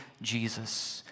Jesus